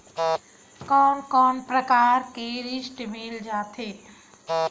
कोन कोन प्रकार के ऋण मिल जाथे?